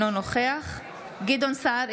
אינו נוכח גדעון סער,